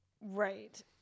Right